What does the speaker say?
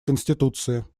конституции